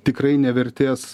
tikrai nevertės